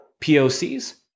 POCs